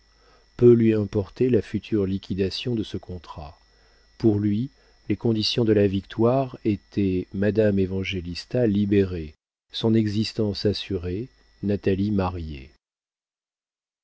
peu lui importait la future liquidation de ce contrat pour lui les conditions de la victoire étaient madame évangélista libérée son existence assurée natalie mariée